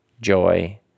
joy